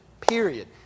period